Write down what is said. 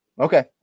Okay